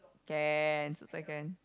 can suicide can